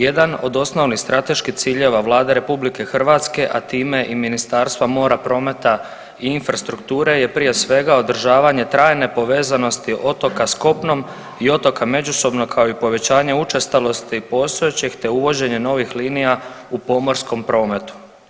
Jedan od osnovnih strateških ciljeva Vlade RH a time i Ministarstva mora, prometa i infrastrukture je prije svega održavanje trajne povezanosti otoka sa kopnom i otoka međusobno kao i povećanje učestalosti postojećeg, te uvođenje novih linija u pomorskom prometu.